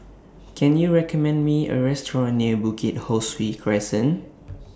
Can YOU recommend Me A Restaurant near Bukit Ho Swee Crescent